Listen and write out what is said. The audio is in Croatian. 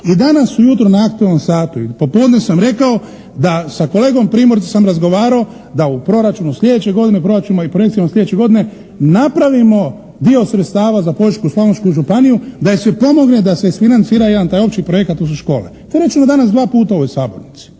I danas u jutro na aktualnom satu i po podne sam rekao da sa kolegom Primorcem sam razgovarao da u proračunu sljedeće godine, u proračunima i projektima sljedeće godine napravimo dio sredstava za Požeško-slavonsku županiju da joj se pomogne da se isfinancira jedan taj opći projekat, to su škole. To je rečeno danas dva puta u ovoj sabornici.